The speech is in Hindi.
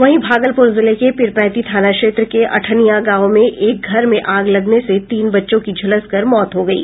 वहीं भागलपुर जिले के पिरपैती थाना क्षेत्र के अठनिया गांव में एक घर में आग लगने में तीन बच्चों की झुलसकर मौत हो गयी